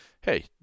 hey